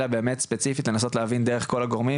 אלא באמת ספציפית לנסות להבין דרך כל הגורמים